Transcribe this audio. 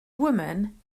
woman